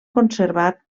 conservat